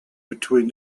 between